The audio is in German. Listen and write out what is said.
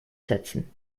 setzen